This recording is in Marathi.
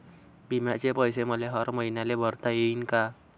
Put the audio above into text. बिम्याचे पैसे मले हर मईन्याले भरता येईन का?